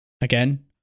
again